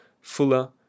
fuller